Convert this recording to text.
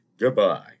Goodbye